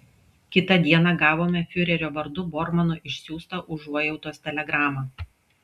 kitą dieną gavome fiurerio vardu bormano išsiųstą užuojautos telegramą